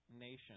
nation